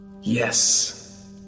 Yes